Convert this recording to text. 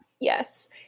Yes